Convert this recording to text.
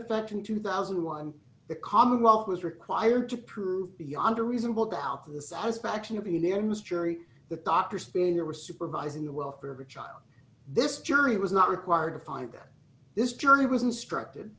effect in two thousand and one the commonwealth was required to prove beyond a reasonable doubt to the satisfaction of enormous jury the doctor spanier were supervising the welfare of a child this jury was not required to find that this jury was instructed